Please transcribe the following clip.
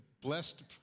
Blessed